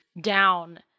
down